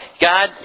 God